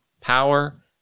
power